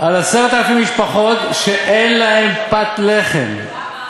על 10,000 משפחות שאין להן פת לחם.